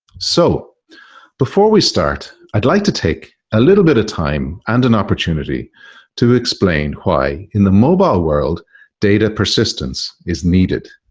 so before we start, i'd like to take a little bit of time and an opportunity to explain why in the mobile world data persistence is needed.